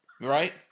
right